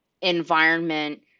environment